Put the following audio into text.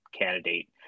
candidate